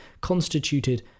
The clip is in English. constituted